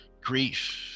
Grief